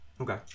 Okay